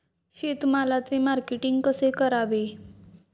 शेतमालाचे मार्केटिंग कसे करावे?